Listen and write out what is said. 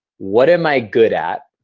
what am i good at?